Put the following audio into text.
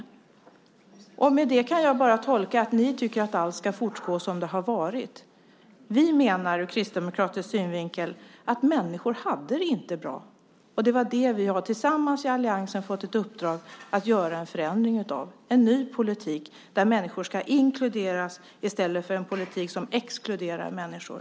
Det kan jag bara tolka som att ni tycker att allt ska fortgå som tidigare. Vi kristdemokrater menar att människor inte hade det bra. Och vi i alliansen har tillsammans fått ett uppdrag att göra en förändring av detta - en ny politik där människor ska inkluderas i stället för en politik som exkluderar människor.